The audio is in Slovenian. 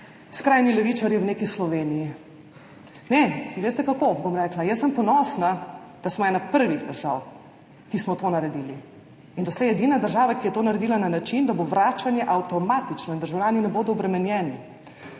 skrajni levičarji v neki Sloveniji. Ne. Veste, kako bom rekla? Jaz sem ponosna, da smo ena prvih držav, ki smo to naredili, in doslej edina država, ki je to naredila na način, da bo vračanje avtomatično in državljani ne bodo obremenjeni.